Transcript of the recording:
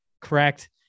correct